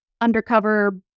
undercover